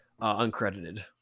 uncredited